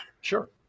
Sure